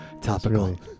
Topical